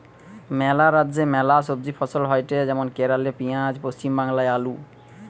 ম্যালা রাজ্যে ম্যালা সবজি ফসল হয়টে যেমন কেরালে পেঁয়াজ, পশ্চিম বাংলায় আলু